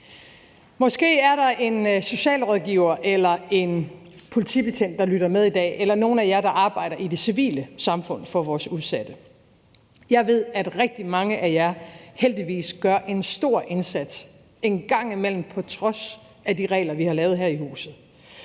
Måske er der en socialrådgiver eller en politibetjent, der lytter med i dag, eller nogle af jer, der arbejder i det civile samfund for vores udsatte. Jeg ved, at rigtig mange af jer heldigvis gør en stor indsats, en gang imellem på trods af de regler, vi har lavet her i huset.